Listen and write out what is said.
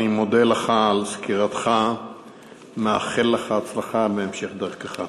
אני מודה לך על סקירתך ומאחל לך הצלחה בהמשך דרכך.